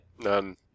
none